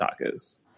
tacos